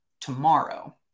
tomorrow